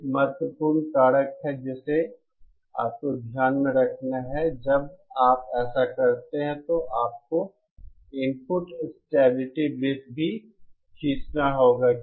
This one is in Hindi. अब एक महत्वपूर्ण कारक जिसे आपको ध्यान में रखना है जब आप ऐसा करते हैं तो आपको इनपुट स्टेबिलिटी वृत्त भी खींचना होगा